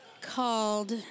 called